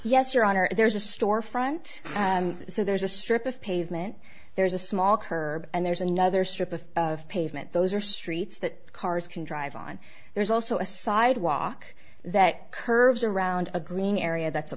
honor there's a store front so there's a strip of pavement there's a small curb and there's another strip of pavement those are streets that cars can drive on there's also a sidewalk that curves around a green area that's a